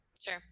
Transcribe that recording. Sure